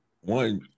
one